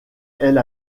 elle